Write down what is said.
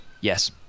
Yes